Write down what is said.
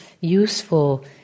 useful